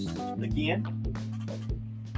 again